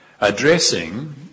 addressing